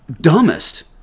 dumbest